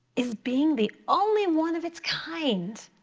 is being the only one of it's kind,